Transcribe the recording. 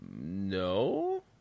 No